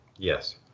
Yes